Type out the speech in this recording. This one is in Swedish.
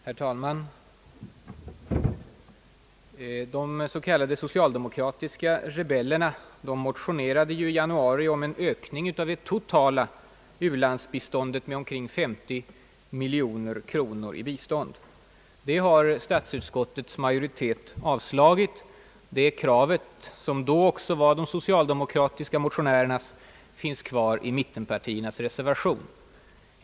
Herr talman! De s.k. socialdemokratiska rebellerna motionerade i januari om en ökning av det totala u-landsbiståndet med omkring 50 miljoner kronor. Detta har statsutskottets majoritet nu avstyrkt. Men det kravet, som då också var de socialdemokratiska motionärernas, finns kvar i mittenpartiernas reservation.